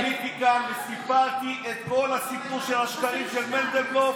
אני עליתי כאן וסיפרתי את כל הסיפור של השקרים של מדלבלוף,